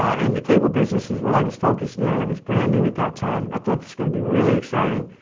and the cable business was what i was focused in on. it was brand-new at that time. i thought it's going to be really exciting.